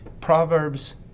Proverbs